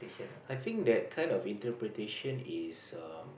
I think that kind of interpretation is err